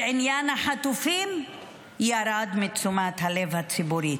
ועניין החטופים ירד מתשומת הלב הציבורית.